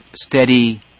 steady